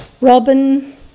Robin